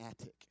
attic